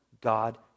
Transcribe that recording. God